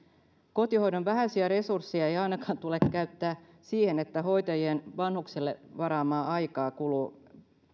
kotihoidon vähäisiä resursseja ei ainakaan tule käyttää siihen että hoitajien vanhukselle varaamaa aikaa kuluu